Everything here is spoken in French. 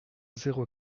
zéro